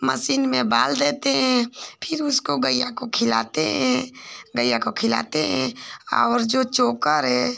machine में बाल देते हैं फिर उसको गैया को खिलाते हैं गैया को खिलाते हैं और जो चोकर है